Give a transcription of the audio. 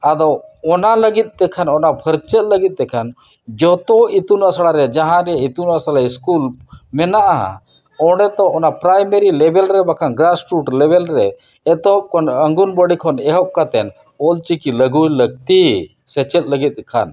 ᱟᱫᱚ ᱚᱱᱟ ᱞᱟᱹᱜᱤᱫᱛᱮ ᱠᱷᱟᱱ ᱚᱱᱟ ᱯᱷᱟᱹᱨᱪᱟᱹ ᱞᱟᱹᱜᱤᱫᱛᱮ ᱠᱷᱟᱱ ᱡᱚᱛᱚ ᱤᱛᱩᱱ ᱟᱥᱲᱟ ᱨᱮ ᱡᱟᱦᱟᱸ ᱨᱮ ᱤᱛᱩᱱ ᱟᱥᱲᱟ ᱤᱥᱠᱩᱞ ᱢᱮᱱᱟᱜᱼᱟ ᱚᱸᱰᱮ ᱛᱚ ᱚᱱᱟ ᱯᱨᱟᱭᱢᱟᱹᱨᱤ ᱞᱮᱹᱵᱮᱹᱞ ᱨᱮ ᱵᱟᱝ ᱠᱷᱟᱱ ᱜᱨᱟᱥᱨᱩᱴ ᱞᱮᱹᱵᱮᱹᱞ ᱨᱮ ᱮᱛᱚᱦᱚᱵ ᱠᱷᱚᱱ ᱚᱝᱜᱚᱱᱵᱟᱹᱲᱤ ᱠᱷᱚᱱ ᱮᱦᱚᱵ ᱠᱟᱛᱮᱫ ᱚᱞ ᱪᱤᱠᱤ ᱞᱟᱹᱜᱩᱭ ᱞᱟᱹᱠᱛᱤ ᱥᱮᱪᱮᱫ ᱞᱟᱹᱜᱤᱫ ᱛᱮᱠᱷᱟᱱ